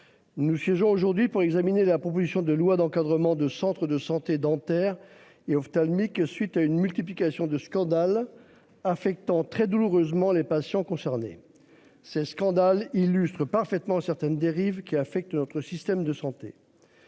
Nous siégeons aujourd'hui pour examiner la proposition de loi d'encadrement de centres de santé dentaires et ophtalmique suite à une multiplication de scandales affectant très douloureusement les patients concernés. Ces scandales illustre parfaitement certaines dérives qui affectent notre système de santé.